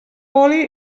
oli